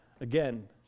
again